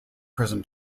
prison